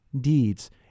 deeds